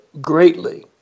greatly